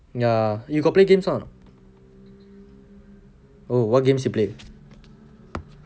ya you got play games [one] or not oh what games you play